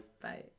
Bye